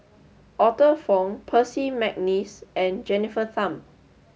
Arthur Fong Percy McNeice and Jennifer Tham